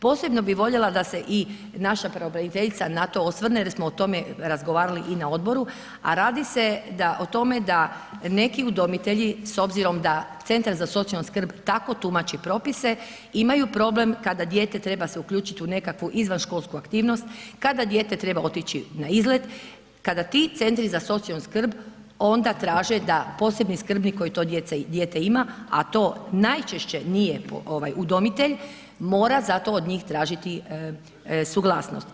Posebno bih voljela da se i naša pravobraniteljica na to osvrne jer smo o tome razgovarali i na odboru, a radi se o tome da neki udomitelji s obzirom da CZSS tako tumači propise imaju problem kada dijete treba se uključiti u nekakvu izvanškolsku aktivnost, kada dijete treba otići na izlet, kada ti CZSS onda traže da posebni skrbnik koji to dijete ima, a to najčešće nije udomitelj mora za to od njih tražiti suglasnost.